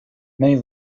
many